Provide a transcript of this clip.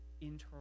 internal